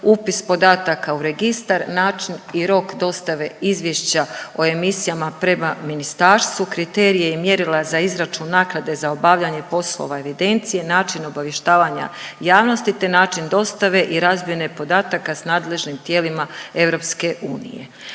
Upis podataka u registar, način i rok dostave izvješća o emisijama prema ministarstvu, kriterije i mjerila za izračun naknade za obavljanje poslova evidencije, način obavještavanja javnosti te način dostave i razmjene podataka s nadležnim tijelima EU.